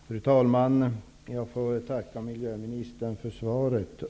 Fru talman! Jag tackar miljöministern för svaret.